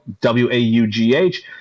W-A-U-G-H